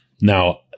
Now